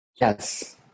Yes